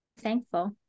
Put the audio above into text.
thankful